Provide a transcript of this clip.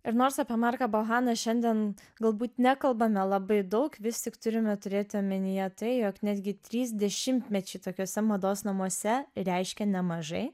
ir nors apie marką bohaną šiandien galbūt nekalbame labai daug vis tik turime turėti omenyje tai jog netgi trys dešimtmečiai tokiuose mados namuose reiškia nemažai